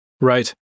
Right